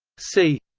c